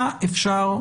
היה אפשר,